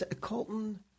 Colton